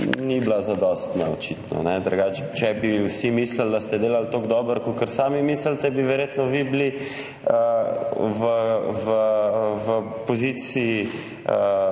ni bila zadostna, očitno. Če bi vsi mislili, da ste delali tako dobro, kakor sami mislite, bi verjetno vi bili v poziciji